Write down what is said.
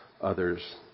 others